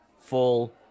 full